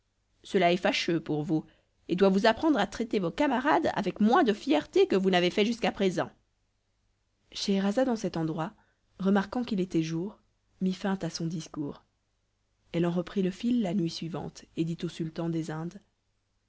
cela est fâcheux pour vous et doit vous apprendre à traiter vos camarades avec moins de fierté que vous n'avez fait jusqu'à présent scheherazade en cet endroit remarquant qu'il était jour mit fin à son discours elle en reprit le fil la nuit suivante et dit au sultan des indes